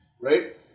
right